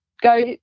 go